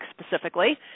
specifically